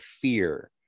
fear